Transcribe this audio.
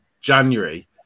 January